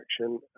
action